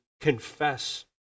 confess